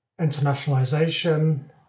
internationalization